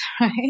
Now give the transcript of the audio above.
right